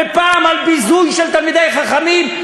ופעם על ביזוי של תלמידי חכמים,